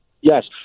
Yes